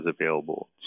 available